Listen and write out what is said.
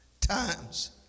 times